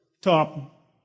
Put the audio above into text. top